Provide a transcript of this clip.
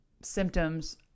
symptoms